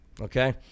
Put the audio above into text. Okay